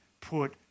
put